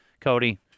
Cody